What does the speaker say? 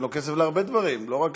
אין לו כסף להרבה דברים, לא רק